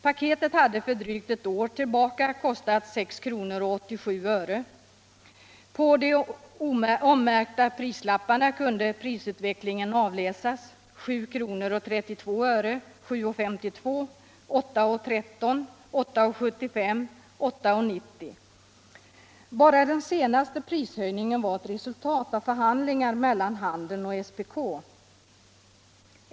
Paketet hade för drygt eu år tillbaka kostat 6:87 kr. På de omärkta prislapparna kunde prisutvecklingen avläsas: 7:32, 7:52, 8:13, 8:75 och 8:80 kr. Bara den senaste prishöjningen var etwt resultat av förhandlingar mellan handeln och SPK.